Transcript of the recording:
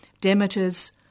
Demeter's